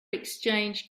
exchange